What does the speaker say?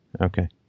Okay